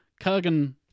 Kurgan